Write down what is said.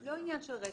זה לא עניין של רטרו.